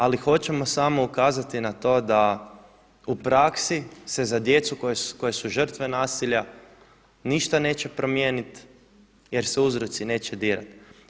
Ali hoćemo samo ukazati na to da u praksi se za djecu koje su žrtve nasilja ništa neće promijeniti, jer se uzroci neće dirati.